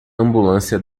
ambulância